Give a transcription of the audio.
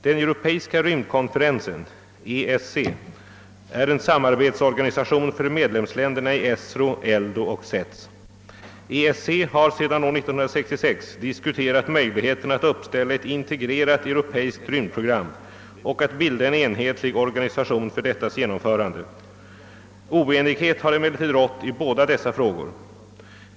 Den europeiska rymdkonferensen, ESC, är en samarbetsorganisation för medlemsländerna i ESRO, ELDO och CETS. ESC har sedan år 1966 diskuterat möjligheterna att uppställa ett integrerat europeiskt rymdprogram och att bilda en enhetlig organisation för dettas genomförande. Oenighet har emellertid rått i båda dessa frågor.